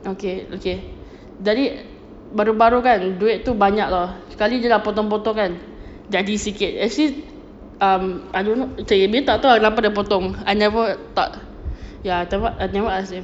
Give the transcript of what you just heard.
okay okay jadi baru-baru kan duit tu banyak [tau] sekali dia dah potong potong kan jadi sikit actually um I don't know dia tak tahu ah kenapa potong I never tak ya I never ask them